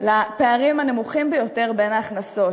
לפערים הנמוכים ביותר בין ההכנסות.